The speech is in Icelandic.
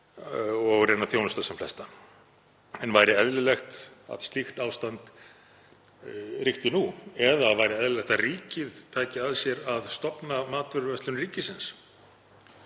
og reyna að þjónusta sem flesta. En væri eðlilegt að slíkt ástand ríkti nú eða væri eðlilegt að ríkið tæki að sér að stofna matvöruverslun ríkisins,